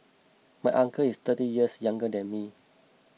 my uncle is thirty years younger than me